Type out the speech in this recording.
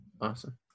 Awesome